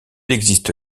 existe